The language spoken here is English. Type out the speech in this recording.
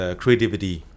creativity